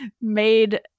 made